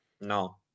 No